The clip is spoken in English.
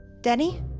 Denny